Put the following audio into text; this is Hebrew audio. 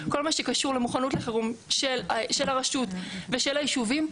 כל מה שקשור למוכנות לחירום של הרשות ושל היישובים,